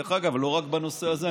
דרך אגב, זה לא רק בנושא הזה.